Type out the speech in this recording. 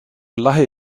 lahey